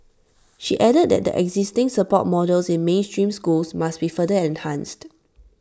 she added that the existing support models in mainstream schools must be further enhanced